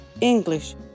English